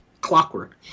clockwork